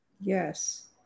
Yes